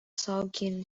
saugeen